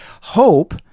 Hope